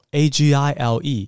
agile